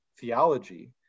theology